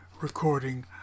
recording